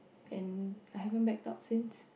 and I haven't met up since